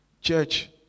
Church